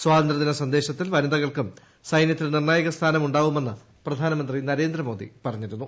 സ്വാതന്ത്ര്യദിന സന്ദേശത്തിൽ വനീത്രികൾക്കും സൈനൃത്തിൽ നിർണായക സ്ഥാനമുണ്ടാവുമെന്ന് പ്രധാനമന്ത്രി നരേന്ദ്രമോദി പറഞ്ഞിരുന്നു